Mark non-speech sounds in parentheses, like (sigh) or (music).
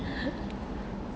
(breath)